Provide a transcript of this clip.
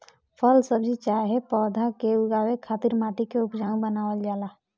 फल सब्जी चाहे पौधा के उगावे खातिर माटी के उपजाऊ बनावल जाला